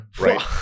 right